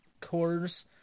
cores